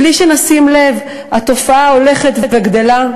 בלי שנשים לב התופעה הולכת וגדלה,